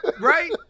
right